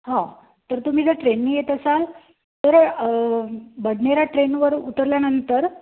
हो तर तुम्ही जर ट्रेननी येत असाल तर बदनेरा ट्रेनवरून उतरल्यानंतर